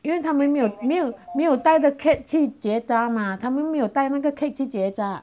因为它没没有没有没有带他的 cat 去结扎吗他们没有带那个 cat 结扎